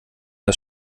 das